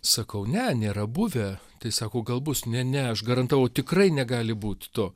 sakau ne nėra buvę tai sakau gal bus ne ne aš garantavau tikrai negali būt to